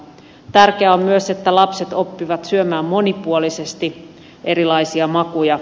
tärkeää on myös että lapset oppivat syömään monipuolisesti erilaisia makuja